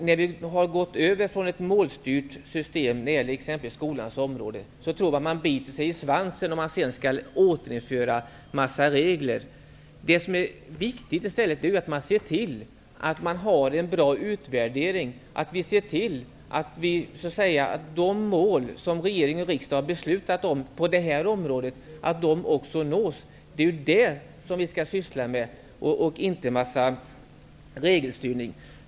När vi nu har gått över från ett målstyrt system på bl.a. skolans område tror jag att man biter sig i svansen om man återinför en mängd olika regler. Det viktiga är i stället att ha en bra utvärdering av att de mål som regering och riksdag har beslutat om på detta område verkligen nås. Det är det som vi skall syssla med, inte med regelstyrning.